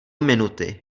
minuty